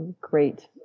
great